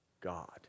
God